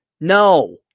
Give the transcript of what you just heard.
No